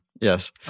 yes